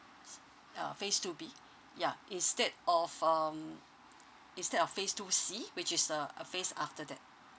uh phase two B ya instead of um instead of phase two C which is uh a phase after that